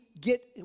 get